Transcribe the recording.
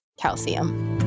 Calcium